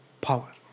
power